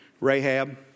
Rahab